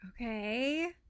Okay